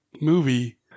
movie